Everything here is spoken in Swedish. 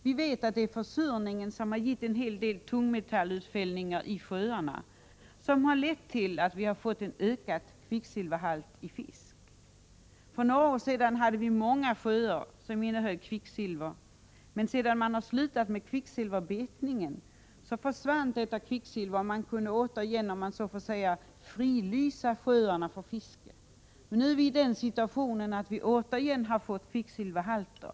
Vi vet att det är försurningen som har gett mycket tungmetallutfällningar i sjöarna och som har lett till en ökad kvicksilverhalt i fisk. För några år sedan hade vi många sjöar som innehöll kvicksilver, men sedan man slutade med kvicksilverbetningen försvann detta kvicksilver och man kunde återigen frisläppa fisket i sjöarna. Nu är vi återigen i den situationen att det finns högre kvicksilverhalter.